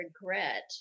regret